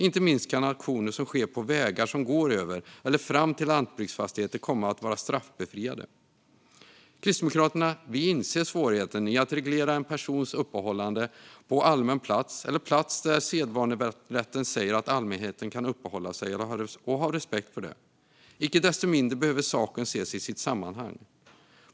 Inte minst kan aktioner som sker på vägar som går över eller fram till lantbruksfastigheter komma att vara straffbefriade. Kristdemokraterna inser svårigheten i att reglera en persons uppehållande på allmän plats eller på plats där sedvanerätten säger att allmänheten kan uppehålla sig, och vi har respekt för det. Icke desto mindre behöver saken ses i sitt sammanhang.